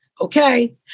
Okay